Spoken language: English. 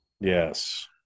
Yes